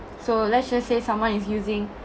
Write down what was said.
so let's just say someone is using